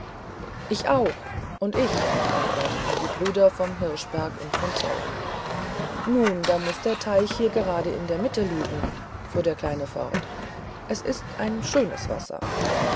ich auch und ich antworteten die brüder vom hirschberg und von zollern nun da muß der teich hier gerade in der mitte liegen fuhr der kleine fort es ist ein schönes wasser